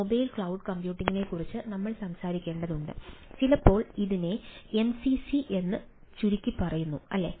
mobile cloud കമ്പ്യൂട്ടിംഗിനെക്കുറിച്ച് നമ്മൾ സംസാരിക്കേണ്ടതുണ്ട് ചിലപ്പോൾ ഇതിനെ എംസിസി എന്ന് ചുരുക്കിപ്പറയുന്നു അല്ലേ